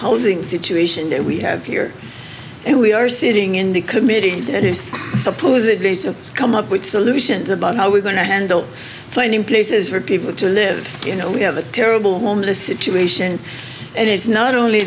housing situation that we have here and we are sitting in the committee that is supposedly to come up with solutions about how we're going to handle finding places for people to live you know we have a terrible homeless situation and it's not only